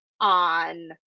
on